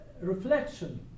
reflection